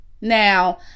Now